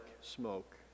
smoke